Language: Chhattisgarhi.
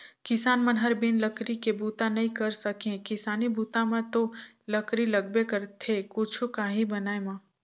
किसान मन हर बिन लकरी के बूता नइ कर सके किसानी बूता म तो लकरी लगबे करथे कुछु काही बनाय म